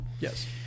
yes